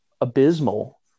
abysmal